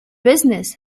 business